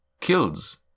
kills